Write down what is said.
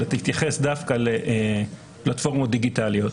אלא תתייחס דווקא לפלטפורמות דיגיטליות,